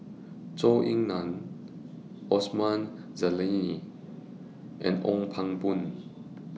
Zhou Ying NAN Osman Zailani and Ong Pang Boon